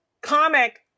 comic